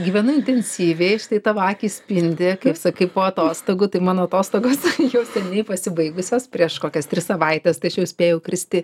gyvenu intensyviai štai tavo akys spindi kaip sakai po atostogų tai mano atostogos jau seniai pasibaigusios prieš kokias tris savaites tačiau spėju kristi